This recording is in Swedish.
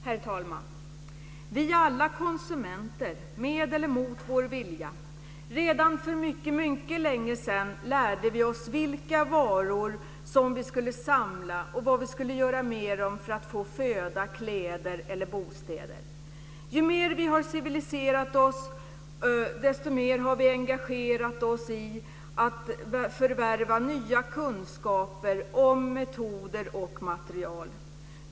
Herr talman! Vi är alla konsumenter med eller mot vår vilja. Redan för mycket, mycket länge sedan lärde vi oss vilka varor vi skulle samla och vad vi skulle göra med dem för att få föda, kläder eller bostäder. Ju mer vi har civiliserat oss desto mer har vi engagerat oss i att förvärva nya kunskaper om metoder och material.